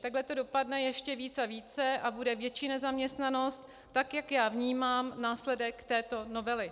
Takhle to dopadne ještě víc a více a bude větší nezaměstnanost, jak já vnímám následek této novely.